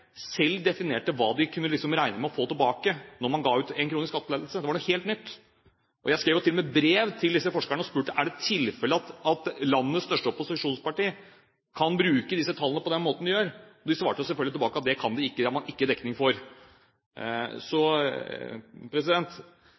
selv definerte hva de kunne regne med å få tilbake når man ga ut én krone i skattelette. Det var noe helt nytt. Jeg skrev til og med et brev til disse forskerne og spurte: Er det tilfellet at landets største opposisjonsparti kan bruke disse tallene på den måten de gjør? De svarte selvfølgelig tilbake at det kan de ikke – det har man ikke dekning for.